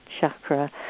chakra